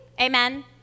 Amen